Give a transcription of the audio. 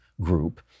group